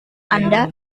anda